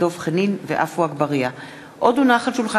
ניצן הורוביץ